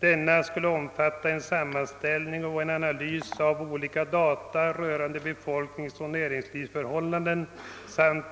Denna skulle omfatta en sammanställning och en analys av olika data rörande befolkningsoch näringslivsförhållanden samt